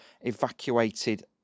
evacuated